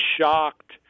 shocked